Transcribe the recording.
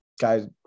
guys